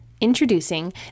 Introducing